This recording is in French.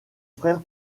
frère